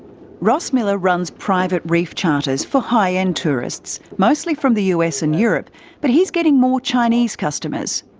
ross miller runs private reef charters for high end tourists, mostly from the us and europe but he's getting more chinese customers.